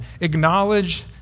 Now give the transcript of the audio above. acknowledge